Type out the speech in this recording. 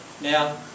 Now